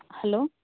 hello